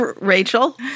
Rachel